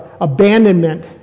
abandonment